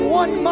one